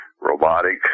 robotic